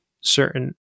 certain